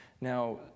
now